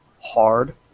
hard